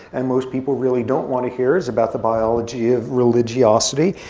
and most people really don't want to hear, is about the biology of religiosity.